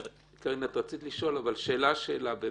קארין, את רצית לשאול אבל שאלה באמת.